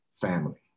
family